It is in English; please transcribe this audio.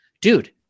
Dude